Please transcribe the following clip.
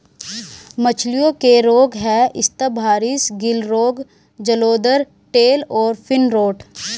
मछलियों के रोग हैं स्तम्भारिस, गिल रोग, जलोदर, टेल और फिन रॉट